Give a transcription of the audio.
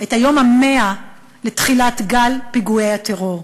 את היום ה-100 לתחילת גל פיגועי הטרור.